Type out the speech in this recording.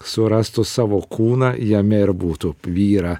surastų savo kūną jame ir būtų vyrą